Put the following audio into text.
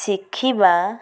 ଶିଖିବା